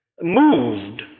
Moved